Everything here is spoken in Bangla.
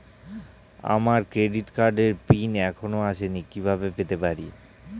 আমার ক্রেডিট কার্ডের পিন এখনো আসেনি কিভাবে পেতে পারি?